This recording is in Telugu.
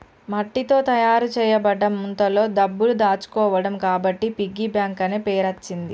మట్టితో తయారు చేయబడ్డ ముంతలో డబ్బులు దాచుకోవడం కాబట్టి పిగ్గీ బ్యాంక్ అనే పేరచ్చింది